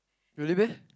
really meh